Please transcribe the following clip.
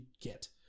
get